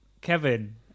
Kevin